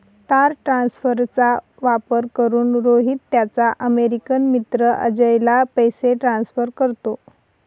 तार ट्रान्सफरचा वापर करून, रोहित त्याचा अमेरिकन मित्र अजयला पैसे ट्रान्सफर करतो